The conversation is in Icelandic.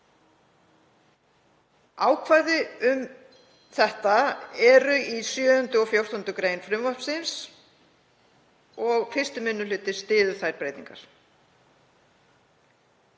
Ákvæði um þetta eru í 7. og 14. gr. frumvarpsins og 1. minni hluti styður þær breytingar.